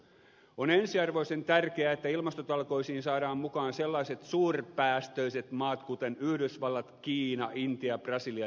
on ensiarvoisen tärkeää että ilmastotalkoisiin saadaan mukaan sellaiset suurpäästöiset maat kuten yhdysvallat kiina intia brasilia ja venäjä